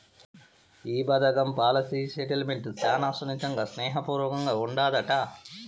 ఈ పదకం policy settlement శానా సున్నితంగా, స్నేహ పూర్వకంగా ఉండాదట